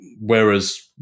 Whereas